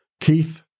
Keith